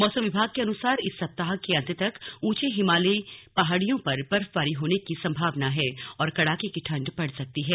मौसम विभाग के अनुसार इस सप्ताह के अंत तक ऊंचे हिमालयी पहाड़ियों पर बर्फबारी होने की संभावना है और कड़ाके की ठंड पड़ सकती है